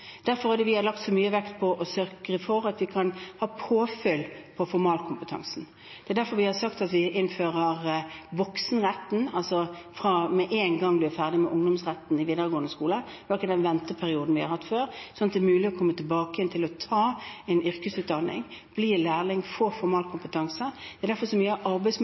er derfor vi har lagt så mye vekt på å sørge for at de kan få påfyll på formalkompetansen. Det er derfor vi har sagt at vi innfører en voksenrett der man med en gang man er ferdig med ungdomsretten i videregående skole, ikke har den venteperioden man har hatt før, slik at det er mulig å komme tilbake og ta en yrkesutdanning, bli lærling, få formalkompetanse. Det er derfor så mye av